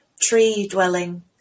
tree-dwelling